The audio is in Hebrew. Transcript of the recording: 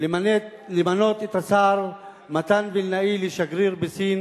למנות את השר מתן וילנאי לשגריר בסין